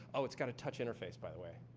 oh, it's got a touch interface by the way,